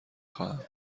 خواهم